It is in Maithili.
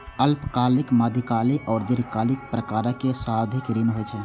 अल्पकालिक, मध्यकालिक आ दीर्घकालिक प्रकारक सावधि ऋण होइ छै